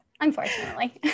Unfortunately